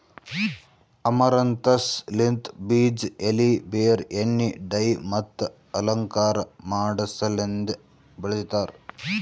amaranthus ಲಿಂತ್ ಬೀಜ, ಎಲಿ, ಬೇರ್, ಎಣ್ಣಿ, ಡೈ ಮತ್ತ ಅಲಂಕಾರ ಮಾಡಸಲೆಂದ್ ಬೆಳಿತಾರ್